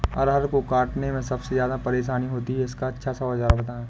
अरहर को काटने में सबसे ज्यादा परेशानी होती है इसका अच्छा सा औजार बताएं?